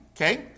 okay